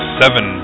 seven